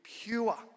pure